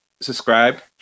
subscribe